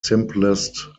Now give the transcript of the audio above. simplest